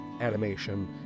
animation